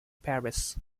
paris